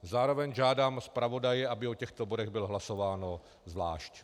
Zároveň žádám zpravodaje, aby o těchto bodech bylo hlasováno zvlášť.